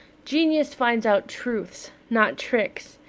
genius finds out truths, not tricks.